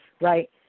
right